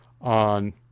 on